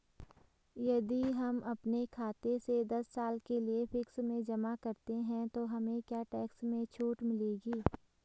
यदि हम अपने खाते से दस साल के लिए फिक्स में जमा करते हैं तो हमें क्या टैक्स में छूट मिलेगी?